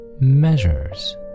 measures